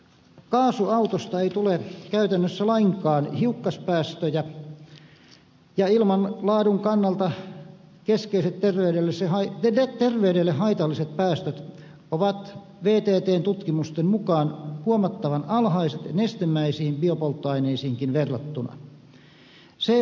kaasuautosta ei tule käytännössä lainkaan hiukkaspäästöjä ja ilman laadun kannalta keskeiset terveydelle haitalliset päästöt ovat vttn tutkimusten mukaan huomattavan alhaiset nestemäisiin biopolttoaineisiinkin verrattuna